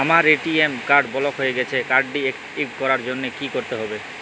আমার ATM card block হয়ে গেছে কার্ড টি একটিভ করার জন্যে কি করতে হবে?